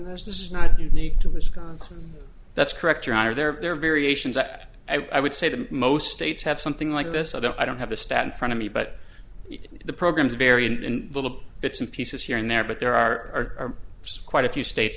there's this is not unique to wisconsin that's correct your honor there are variations that i would say that most states have something like this i don't i don't have a stat in front of me but the programs vary in little bits and pieces here and there but there are quite a few states